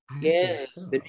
Yes